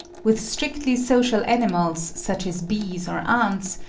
with strictly social animals, such as bees or ants,